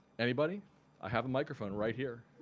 anybody? i have a microphone right here.